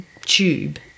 tube